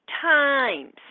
times